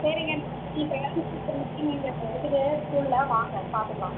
சரிங்க நாளைக்கு parents teachers meeting இங்கே இருக்குது ஸ்கூலில் வாங்க பார்த்துக்கலாம்